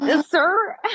Sir